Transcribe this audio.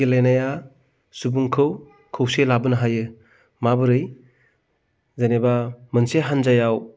गेलेनाया सुबुंखौ खौसे लाबोनो हायो माबोरै जेनेबा मोनसे हानजायाव